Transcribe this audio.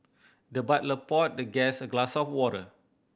the butler poured the guest a glass of water